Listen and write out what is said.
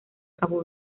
cabo